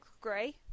Grey